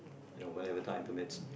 you know whatever time permits